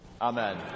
amen